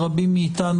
רבים מאיתנו,